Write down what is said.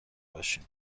باشیم